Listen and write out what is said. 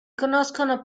conoscono